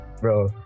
bro